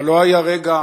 אבל לא היה רגע,